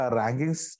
rankings